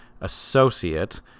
associate